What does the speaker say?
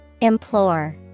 Implore